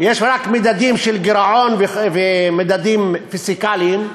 יש רק מדדים של גירעון ומדדים פיסקליים,